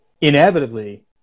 inevitably